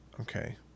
Okay